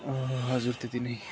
हजुर त्यति नै